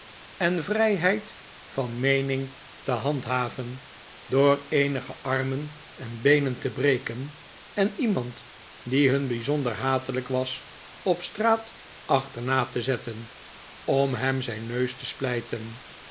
en vrijheid van meening te handhaven door eenige armen en beenen te breken en iemand die hun bijzonder hatelijk was op straat achterna te zetten om hem zijn neus te splijten